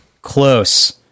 close